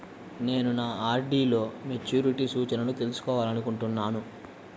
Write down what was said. నేను నా ఆర్.డీ లో మెచ్యూరిటీ సూచనలను తెలుసుకోవాలనుకుంటున్నాను